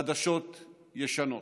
חדשות-ישנות.